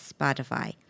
Spotify